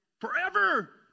forever